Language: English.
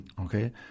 okay